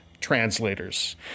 translators